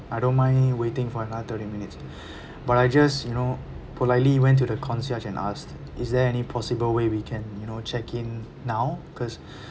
I don't mind waiting for another thirty minutes but I just you know politely went to the concierge and asked is there any possible way we can you know check in now cause